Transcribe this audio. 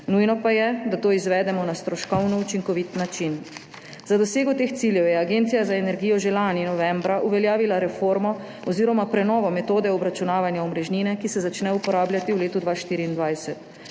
Nujno pa je, da to izvedemo na stroškovno učinkovit način. Za dosego teh ciljev je Agencija za energijo že lani novembra uveljavila reformo oziroma prenovo metode obračunavanja omrežnine, ki se začne uporabljati v letu 2024.